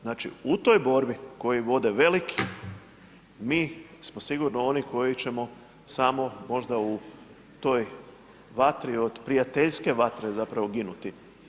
Znači u toj borbi koju vode veliki mi smo sigurno oni koji ćemo samo možda u toj vatri, od prijateljske vatre zapravo ginuti.